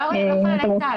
לא חיילי צה"ל,